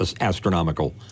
astronomical